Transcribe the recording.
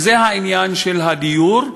וזה העניין של הדיור,